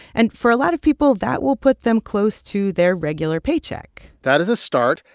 and for a lot of people, that will put them close to their regular paycheck that is a start.